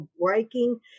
breaking